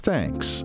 Thanks